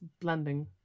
blending